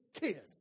kid